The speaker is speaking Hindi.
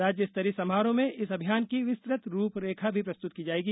राज्य स्तरीय समारोह में इस अभियान की विस्तृत रूपरेखा भी प्रस्तुत की जाएगी